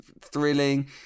Thrilling